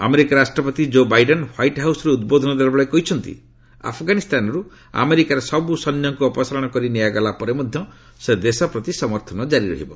America ରାଷ୍ଟ୍ରପତି କୋ Biden White ହାଉସ୍ରୁ ଉଦ୍ବୋଧନ ଦେଲାବେଳେ କହିଛନ୍ତି ଆଫଗାନିସ୍ତାନରୁ ଆମେରିକାର ସବୁ ସୈନ୍ୟଙ୍କୁ ଅପସାରଣ କରି ନିଆଗଲା ପରେ ମଧ୍ୟ ସେ ଦେଶ ପ୍ରତି ସମର୍ଥନ କାରି ରହିବ